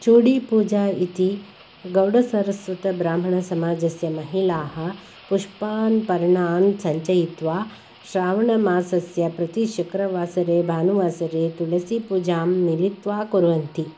चूडीपूजा इति गौडसारस्वतब्राह्मणसमाजस्य महिलाः पुष्पान् पर्णान् सञ्चयित्वा श्रावणमासस्य प्रति शुक्रवासरे भानुवासरे तुलसीपूजां मिलित्वा कुर्वन्ति